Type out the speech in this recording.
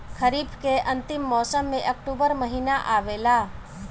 खरीफ़ के अंतिम मौसम में अक्टूबर महीना आवेला?